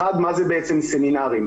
מה זה בעצם סמינרים?